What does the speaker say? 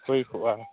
ᱦᱩᱭ ᱠᱚᱜᱼᱟ